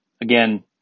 again